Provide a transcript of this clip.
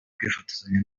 kwifotozanya